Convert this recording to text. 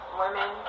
women